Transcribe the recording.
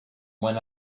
when